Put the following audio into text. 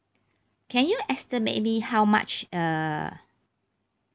can you estimate me how much uh